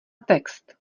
text